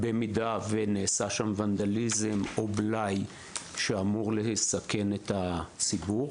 במידה ונעשו שם ונדליזם או בלאי שאמורים לסכן את הציבור.